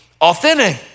authentic